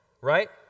right